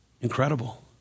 Incredible